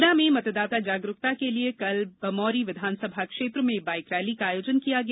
गुना में मतदाता जागरूकता के लिये कल बमौरी विधानसभा क्षेत्र में बाइक रैली का आयोजन किया गया